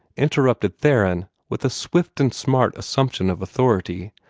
interrupted theron, with a swift and smart assumption of authority.